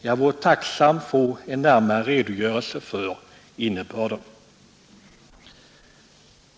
Jag vore tacksam få en närmare redogörelse för innebörden.